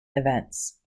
events